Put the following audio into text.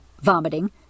vomiting